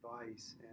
advice